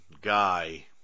guy